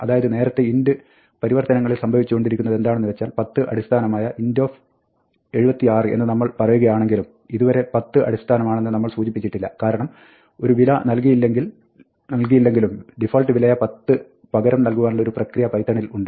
അതായത് നേരത്തെയുള്ള int പരിവർത്തനങ്ങളിൽ സംഭവിച്ചുകൊണ്ടിരിക്കുന്നത് എന്താണെന്ന് വെച്ചാൽ 10 അടിസ്ഥാനമായ int"76" എന്ന് നമ്മൾ പറയുകയാണെങ്കിലും ഇതുവരെ 10 അടിസ്ഥാനമെന്ന് നമ്മൾ സൂചിപ്പിച്ചിട്ടില്ല കാരണം ഒരു വില നൽകിയില്ലെങ്കിലും ഡിഫാൾട്ട് വിലയായ 10 പകരം നൽകുവാനുള്ള ഒരു പ്രക്രിയ പൈത്തണിൽ ഉണ്ട്